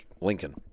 Lincoln